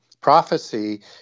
prophecy